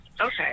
Okay